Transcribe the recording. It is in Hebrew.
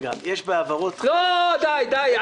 רגע, יש בהעברות --- לא, די, די.